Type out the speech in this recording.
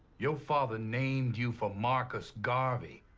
your father named you for marcus garvey,